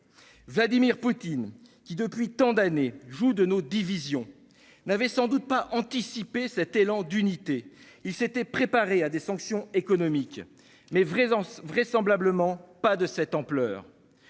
Vladimir Poutine, qui depuis tant d'années joue de nos divisions, n'avait sans doute pas anticipé cet élan d'unité. Il s'était préparé à des sanctions économiques, mais vraisemblablement pas à des sanctions